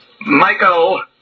Michael